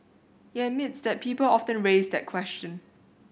he admits that people often raise that question